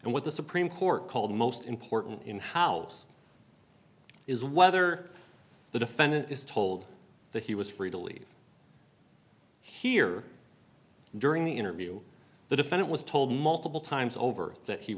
and what the supreme court called most important in house is whether the defendant is told that he was free to leave here during the interview the defendant was told multiple times over that he